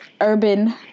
urban